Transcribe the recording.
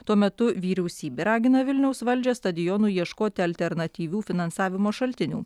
tuo metu vyriausybė ragina vilniaus valdžią stadionui ieškoti alternatyvių finansavimo šaltinių